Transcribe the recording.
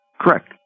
Correct